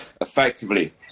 effectively